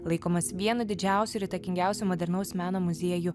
laikomas vienu didžiausių ir įtakingiausių modernaus meno muziejų